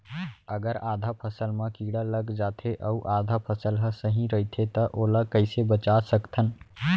अगर आधा फसल म कीड़ा लग जाथे अऊ आधा फसल ह सही रइथे त ओला कइसे बचा सकथन?